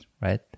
right